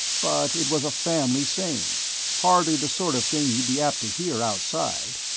but it was a family saying hardly the sort of thing you'd be apt to hear outside.